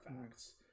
facts